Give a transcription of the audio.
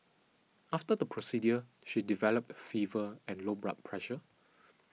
after the procedure she developed fever and low blood pressure